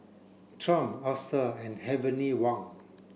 Triumph Acer and Heavenly Wang